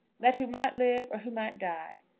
let who might live or who might die.